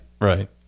Right